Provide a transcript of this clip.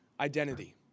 identity